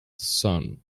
son